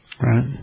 Right